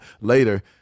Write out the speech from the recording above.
Later